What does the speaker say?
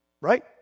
Right